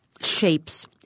shapes